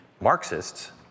Marxists